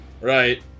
Right